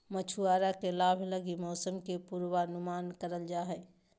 मछुआरा के लाभ लगी मौसम के पूर्वानुमान करल जा हइ